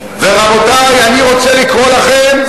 רבותי, אני רוצה לקרוא לכם,